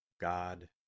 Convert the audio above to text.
God